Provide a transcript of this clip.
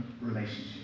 relationship